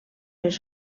les